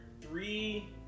three